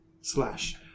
slash